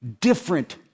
different